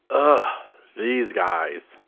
ah these guys.